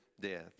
death